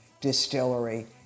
distillery